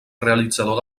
realitzador